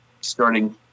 starting